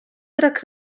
brak